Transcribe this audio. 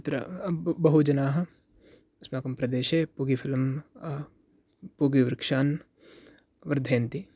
तत्र बहुजनाः अस्माकं प्रदेशे पूगिफलं पूगवृक्षान् वर्धयन्ति